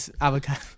avocado